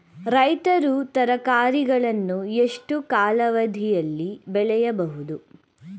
ರೈತರು ತರಕಾರಿಗಳನ್ನು ಎಷ್ಟು ಕಾಲಾವಧಿಯಲ್ಲಿ ಬೆಳೆಯಬಹುದು?